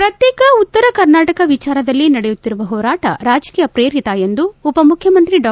ಪ್ರತ್ಯೇಕ ಉತ್ತರ ಕರ್ನಾಟಕ ವಿಚಾರದಲ್ಲಿ ನಡೆಯುತ್ತಿರುವ ಹೋರಾಟ ರಾಜಕೀಯ ಪ್ರೇರಿತ ಎಂದು ಉಪಮುಖ್ಯಮಂತ್ರಿ ಡಾ